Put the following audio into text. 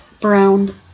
brown